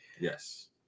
Yes